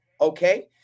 okay